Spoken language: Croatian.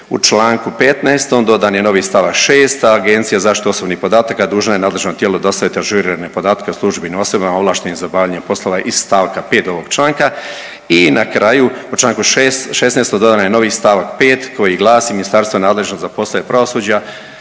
U Članku 15. dodan je novi stavak 6., a Agencija za zaštitu osobnih podataka dužna je nadležnom tijelu dostaviti ažurirane podatke o službenim osobama ovlaštenim za obavljanje poslova iz stavka 5. ovog članka. I na kraju u Članku 6., 16. dodan je novi stavak 5. koji glasi. Ministarstvo nadležno za poslove pravosuđa